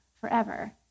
forever